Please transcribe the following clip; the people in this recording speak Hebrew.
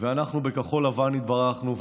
אנחנו בכחול לבן התברכנו,